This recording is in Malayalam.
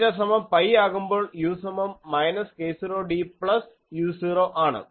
തീറ്റ സമം പൈ ആകുമ്പോൾ u സമം മൈനസ് k0d പ്ലസ് u0 ആണ്